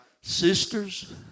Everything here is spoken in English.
Sisters